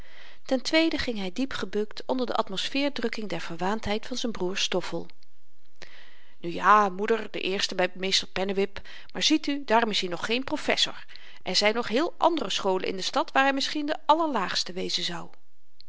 doopceel ten tweede ging hy diep gebukt onder de atmosfeerdrukking der verwaandheid van z'n broêr stoffel nu ja moeder de eerste by meester pennewip maar ziet u daarom is-i nog geen professer er zyn nog heel andere scholen in de stad waar hy misschien de allerlaagste wezen zou